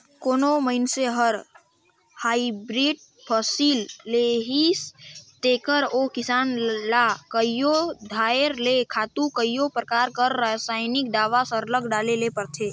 कोनो मइनसे हर हाईब्रिड फसिल लेहिस तेकर ओ किसान ल कइयो धाएर ले खातू कइयो परकार कर रसइनिक दावा सरलग डाले ले परथे